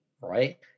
right